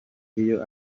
iyo